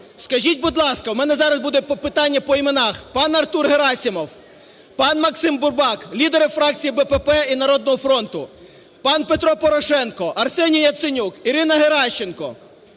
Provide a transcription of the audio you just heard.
Скажіть, будь ласка, у мене зараз буде питання по іменах: пан Артур Герасимов, пан Максим Бурбак – лідери фракцій БПП і "Народного фронту", пан Петро Порошенко, Арсеній Яценюк, Ірина Геращенко,